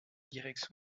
direction